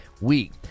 week